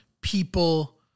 people